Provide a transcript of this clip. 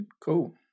cool